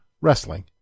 Wrestling